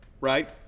Right